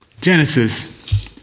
Genesis